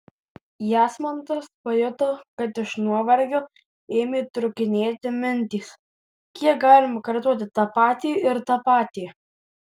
jasmantas pajuto kad iš nuovargio ėmė trūkinėti mintys kiek galima kartoti tą patį ir tą patį